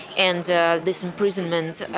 and this imprisonment,